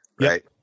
right